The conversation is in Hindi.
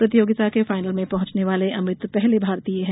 प्रतियोगिता के फाइनल में पहुंचने वाले अमित पहले भारतीय हैं